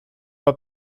pas